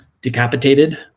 Decapitated